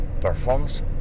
performs